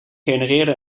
genereerde